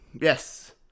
yes